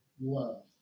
love